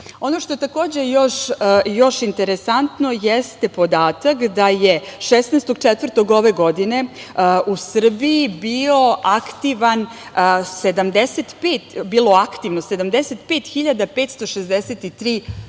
što je takođe još interesantno jeste podatak da je 16. aprila ove godine u Srbiji bilo aktivno 75.563